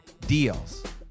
deals